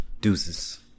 Deuces